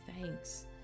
thanks